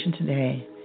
today